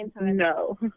no